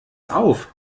auf